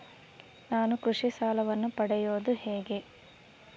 ನಾನು ಕೃಷಿ ಸಾಲವನ್ನು ಪಡೆಯೋದು ಹೇಗೆ?